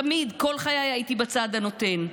תמיד, כל חיי הייתי בצד הנותן.